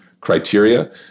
criteria